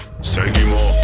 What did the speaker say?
Seguimos